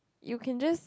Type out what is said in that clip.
you can just